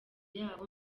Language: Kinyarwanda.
yabo